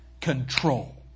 control